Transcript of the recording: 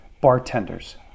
bartenders